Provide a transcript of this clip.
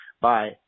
Bye